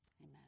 amen